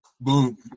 Boom